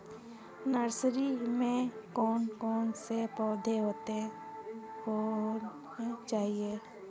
Nursery में कौन कौन से पौधे होने चाहिए?